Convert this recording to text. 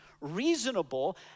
reasonable